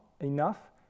enough